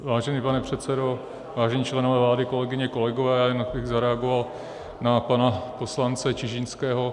Vážený pane předsedo, vážení členové vlády, kolegyně, kolegové, já bych jen zareagoval na pana poslance Čižinského.